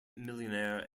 millionaire